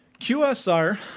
QSR